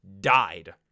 died